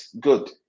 good